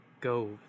go